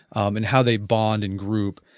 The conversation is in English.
and how they bond in group